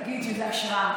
תגיד שזה השראה.